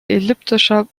elliptischer